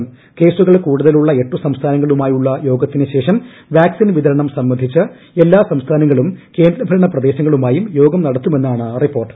ഭക്കസുകൾ കൂടുതലുളള എട്ടുസംസ്ഥാനങ്ങളുമായുളള യോഗൃത്തിന്റ് ശേഷം വാക്സിൻ വിതരണം സംബന്ധിച്ച് എല്ലാ സ്റ്റ്സ്ഫാ്നങ്ങളും കേന്ദ്രഭരണ പ്രദേശങ്ങളുമായും യോഗം നൂട്ടത്തുമെന്നാണ് റിപ്പോർട്ട്